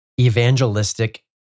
evangelistic